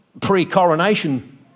pre-coronation